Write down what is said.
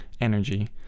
energy